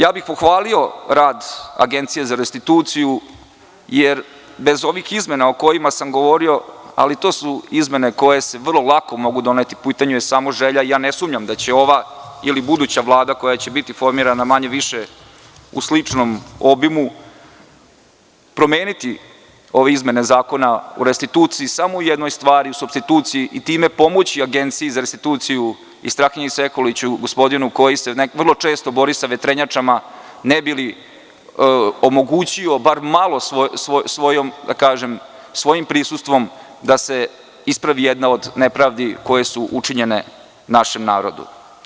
Ja bih pohvalio rad Agencije za restituciju, jer bez ovih izmena o kojima sam govorio, ali to su izmena koje se vrlo lako mogu doneti, u pitanju je samo želja i ja ne sumnjam da će ova ili buduća Vlada, koja će biti formirana manje-više u sličnom obimu, promeniti ove izmene zakona u restituciji samo u jednoj stvari, u supstituciji i time pomoći Agenciji za restituciju i Strahinji Sekuliću, gospodinu koji se vrlo često bori sa vetrenjačama ne bi li omogućio bar malo svojim prisustvom da se ispravi jedna od nepravdi koje su učinjene našem narodu.